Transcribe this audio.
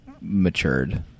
matured